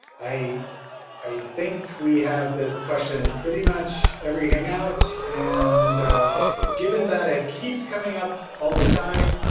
i i think we have this question pretty much every hangout. and given that it keeps coming up all the time,